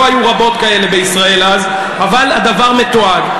לא היו רבות כאלה בישראל אז, אבל הדבר מתועד.